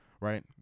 right